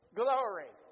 glory